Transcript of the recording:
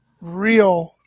real